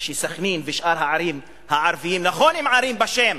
שסח'נין ושאר הערים הערביות, נכון שהן ערים בשם,